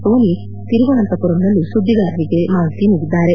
Sony ತಿರುವನಂತಪುರಂನಲ್ಲಿ ಸುದ್ದಿಗಾರರಿಗೆ ಮಾಹಿತಿ ನೀಡಿದ್ದಾರೆ